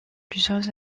plusieurs